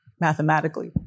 mathematically